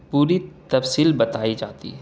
پوری تفصیل بتائی جاتی ہے